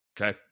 Okay